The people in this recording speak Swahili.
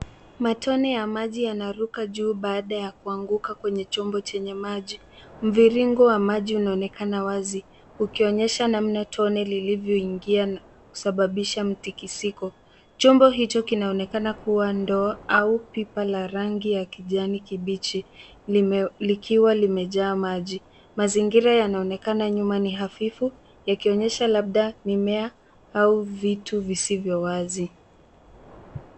Matone ya maji yanaruka juu baada ya kuanguka kwenye chombo chenye maji. Mviringo wa maji unaonekana wazi ukionyesha namna tone lilivyoingia kusababisha mtikisiko. Chombo hicho kinaonekana kuwa ndoa au pipa la rangi ya kijani kibichi likiwa limejaa maji. Mazingira yanaonekana nyuma ni hafifu yakionyesha labda mimea au vitu visivyo wazi.